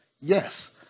Yes